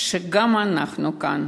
שגם אנחנו כאן,